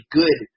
good